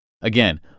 Again